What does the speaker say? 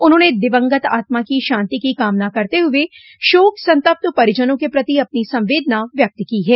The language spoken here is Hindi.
उन्होंने दिवंगत आत्मा की शान्ति की कामना करते हुए शोक संतप्त परिजनों के प्रति अपनी संवेदना व्यक्त की है